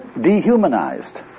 dehumanized